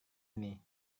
ini